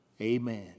Amen